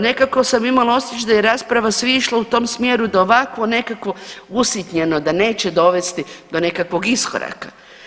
Nekako sam imala osjećaj da je rasprava svih išla u tom smjeru da ovakvo nekakvo usitnjeno da neće dovesti do nekakvog iskoraka.